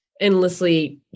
endlessly